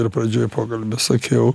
ir pradžioj pokalbio sakiau